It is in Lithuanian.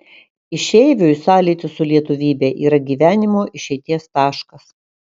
išeiviui sąlytis su lietuvybe yra gyvenimo išeities taškas